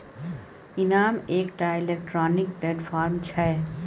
इनाम एकटा electronic platform छै